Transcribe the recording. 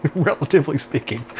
relatively speaking.